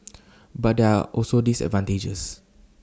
but there are also disadvantages